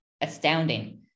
astounding